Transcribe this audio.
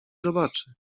zobaczy